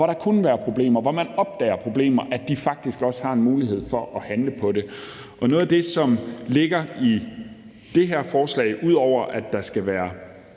hvor der kunne være problemer, og hvor man opdager problemer, faktisk også har en mulighed for at handle på det. Noget af det, som ligger i det her forslag, ud over at der skal være